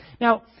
Now